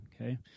okay